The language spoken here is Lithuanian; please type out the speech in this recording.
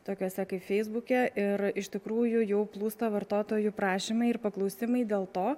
tokiuose kaip feisbuke ir iš tikrųjų jau plūsta vartotojų prašymai ir paklausimai dėl to